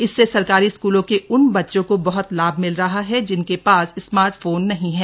इससे सरकारी स्कूलों के उन बच्चों को बहत लाभ मिल रहा है जिनके पास स्मार्टफोन नहीं हैं